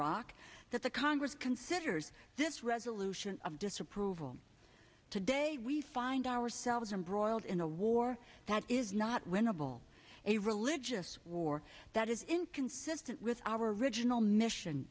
iraq that the congress considers this resolution of disapproval today we find ourselves embroiled in a war that is not winnable a religious war that is inconsistent with our original mission